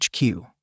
HQ